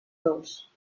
dos